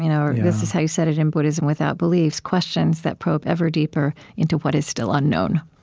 you know or this is how you said it in buddhism without beliefs questions that probe ever deeper into what is still unknown.